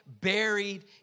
buried